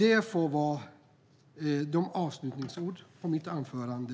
Detta blir avslutningsorden i mitt anförande.